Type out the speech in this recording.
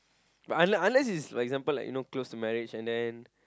but un~ unless it's like for example like you know close to marriage and then